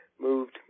moved